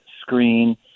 screen